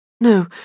No